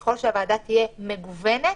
ככול שהוועדה תהיה מגוונת,